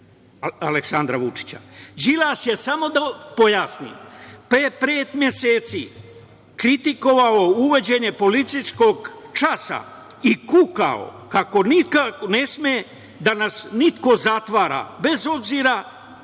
Aleksandra Vučića. Đilas je, samo da pojasnim, pre pet meseci kritikovao uvođenje policijskog časa i kukao kako nikako ne sme da nas iko zatvara, bez obzira